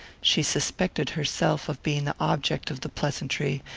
she suspected herself of being the object of the pleasantry,